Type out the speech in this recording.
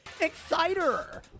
Exciter